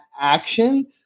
action